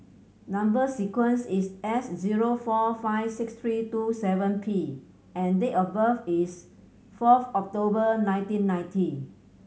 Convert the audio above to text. number sequence is S zero four five six three two seven P and date of birth is fourth October nineteen ninety